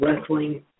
wrestling